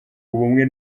ubumwe